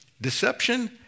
Deception